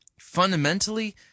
fundamentally